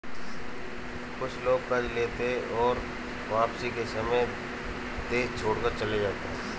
कुछ लोग कर्ज लेते हैं और वापसी के समय देश छोड़कर चले जाते हैं